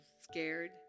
scared